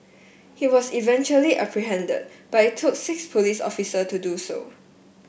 he was eventually apprehended but it took six police officer to do so